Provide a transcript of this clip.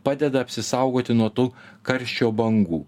padeda apsisaugoti nuo tų karščio bangų